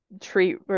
treat